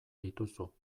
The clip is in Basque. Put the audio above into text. dituzu